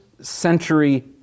century